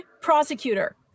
prosecutor